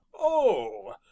Oh